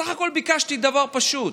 בסך הכול ביקשתי דבר פשוט.